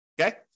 Okay